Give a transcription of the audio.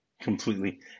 completely